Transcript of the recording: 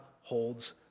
holds